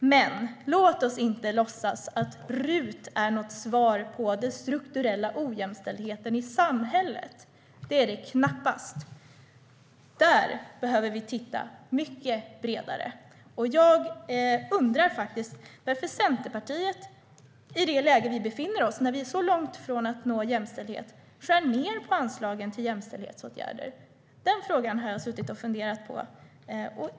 Men låt oss inte låtsas att RUT är något svar på den strukturella ojämställdheten i samhället - det är det knappast. Där behöver vi titta mycket bredare. Jag undrar varför Centerpartiet, i det läge vi befinner oss i, där vi är långt ifrån att nå jämställdhet, skär ned på anslagen till jämställdhetsåtgärder. Den frågan har jag suttit och funderat på.